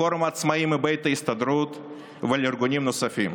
מפורום העצמאים מבית ההסתדרות ומארגונים נוספים.